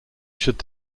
should